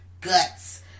guts